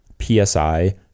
PSI